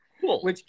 cool